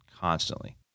constantly